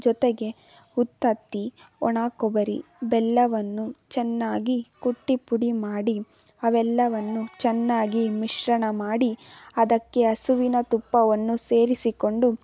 ಜೊತೆಗೆ ಉತ್ತತ್ತಿ ಒಣ ಕೊಬರಿ ಬೆಲ್ಲವನ್ನು ಚೆನ್ನಾಗಿ ಕುಟ್ಟಿ ಪುಡಿಮಾಡಿ ಅವೆಲ್ಲವನ್ನು ಚೆನ್ನಾಗಿ ಮಿಶ್ರಣ ಮಾಡಿ ಅದಕ್ಕೆ ಹಸುವಿನ ತುಪ್ಪವನ್ನು ಸೇರಿಸಿಕೊಂಡು